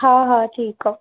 हा हा ठीकु आहे